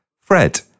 Fred